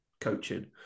coaching